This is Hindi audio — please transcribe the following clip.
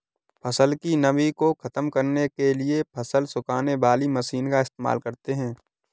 फसल की नमी को ख़त्म करने के लिए फसल सुखाने वाली मशीन का इस्तेमाल करते हैं